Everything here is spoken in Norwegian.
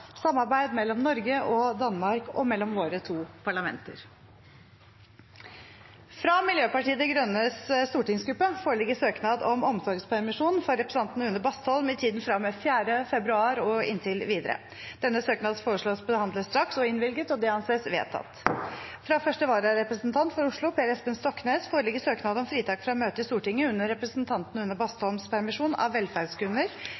samarbeid mellom Norge og Danmark og mellom våre to parlamenter. Fra Miljøpartiet De Grønnes stortingsgruppe foreligger søknad om omsorgspermisjon for representanten Une Bastholm i tiden fra og med 4. februar og inntil videre. Denne søknad foreslås behandlet straks og innvilget. – Det anses vedtatt. Fra første vararepresentant for Oslo, Per Espen Stoknes , foreligger søknad om fritak fra å møte i Stortinget under representanten Une